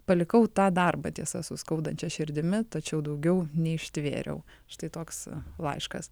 palikau tą darbą tiesa su skaudančia širdimi tačiau daugiau neištvėriau štai toks laiškas